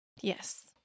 Yes